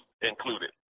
included